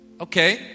Okay